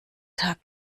tag